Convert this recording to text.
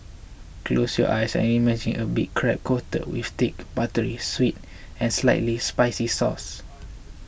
close your eyes and imagine a big crab coated with thick buttery sweet and slightly spicy sauce